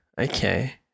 okay